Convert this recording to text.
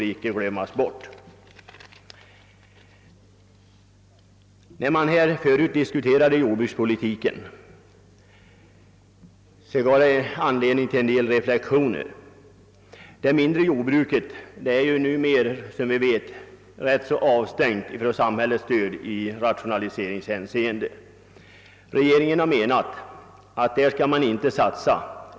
Diskussionen tidigare i dag om jordbrukspolitiken ger anledning till en del reflexioner. Det mindre jordbruket är som vi vet numera ganska avstängt från samhällets stöd. Regeringen anser att man inte skall satsa på detta.